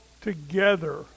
together